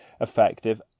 effective